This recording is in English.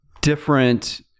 different